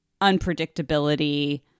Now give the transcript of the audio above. unpredictability